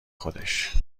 خودش